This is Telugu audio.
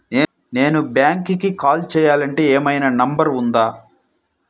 నేను బ్యాంక్కి కాల్ చేయాలంటే ఏమయినా నంబర్ ఉందా?